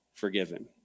forgiven